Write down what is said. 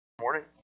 morning